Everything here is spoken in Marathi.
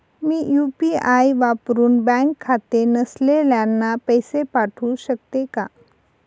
मी यू.पी.आय वापरुन बँक खाते नसलेल्यांना पैसे पाठवू शकते का?